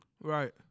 Right